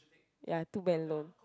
ya two bank loan